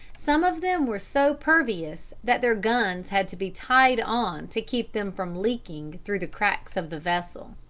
some of them were so pervious that their guns had to be tied on to keep them from leaking through the cracks of the vessel.